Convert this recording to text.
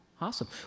Awesome